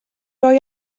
roi